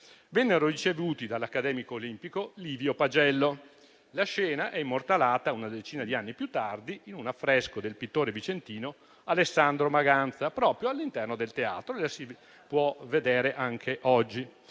Vennero ricevuti dall'accademico olimpico Livio Pagello. La scena è immortalata una decina di anni più tardi in un affresco del pittore vicentino Alessandro Maganza, proprio all'interno del Teatro e la si può vedere anche oggi.